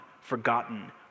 forgotten